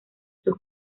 sus